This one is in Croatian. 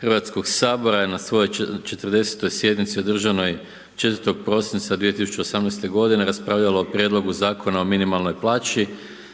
Hrvatskog sabora je na svojoj 40. sjednici održanoj 4. prosinca 2018. raspravljalo o Prijedlogu Zakona o minimalnoj plaći